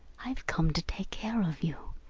i've come to take care of you.